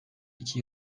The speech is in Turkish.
iki